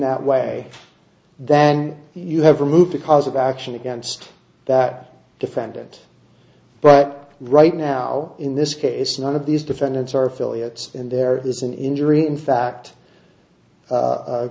that way then you have removed the cause of action against that defendant but right now in this case none of these defendants are affiliates and there is an injury in fact